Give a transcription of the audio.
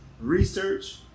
research